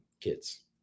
kids